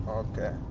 okay